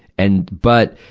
and, but,